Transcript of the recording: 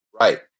right